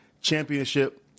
championship